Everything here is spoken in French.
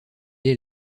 est